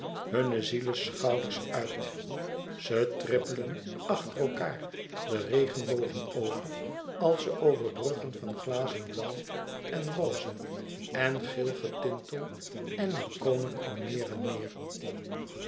hunne zieleschouders uit ze trippelen achter elkaàr de regenbogen over als over bruggen van glazen blauw en roze en geel getintel en er komen al meer en meer